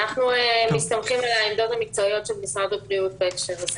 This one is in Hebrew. אנחנו מסתמכים על העמדות המקצועיות של משרד הבריאות בהקשר הזה.